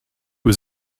was